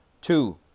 Two